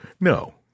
No